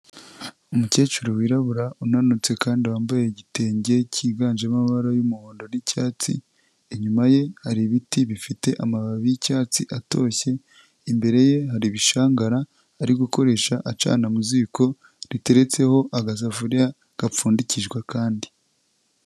Umukecuru wirabura unanutse kandi wambaye igitenge cyiganjemo amabara y'umuhondo n'icyatsi inyuma ye hari ibiti bifite amababi y'icyatsi atoshye imbere ye hari ibishangara ari gukoresha acana mu ziko riteretseho agasafuriya gapfundikijwe kandi.